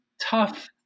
tough